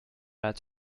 als